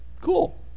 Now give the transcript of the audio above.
cool